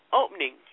opening